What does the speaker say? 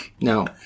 no